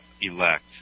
elect